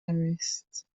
arrest